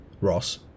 Ross